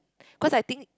because I think